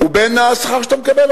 ובין השכר שאתה מקבל.